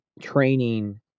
training